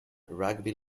rugby